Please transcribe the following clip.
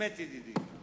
באמת ידידי: